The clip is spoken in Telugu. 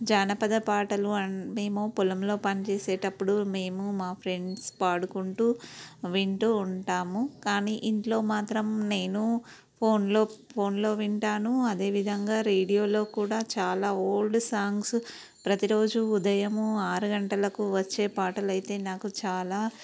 జానపద పాటలు అండ్ మేము పొలంలో పనిచేసేటప్పుడు మేము మా ఫ్రెండ్స్ పాడుకుంటూ వింటూ ఉంటాము కానీ ఇంట్లో మాత్రం నేను ఫోన్లో ఫోన్లో వింటాను అదేవిధంగా రేడియోలో కూడా చాలా ఓల్డ్ సాంగ్స్ ప్రతిరోజు ఉదయము ఆరు గంటలకు వచ్చే పాటలైతే నాకు చాలా